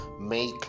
make